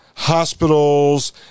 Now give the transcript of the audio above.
hospitals